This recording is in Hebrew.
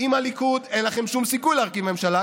עם הליכוד אין לכם שום סיכוי להרכיב ממשלה,